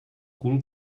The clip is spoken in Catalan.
cul